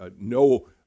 no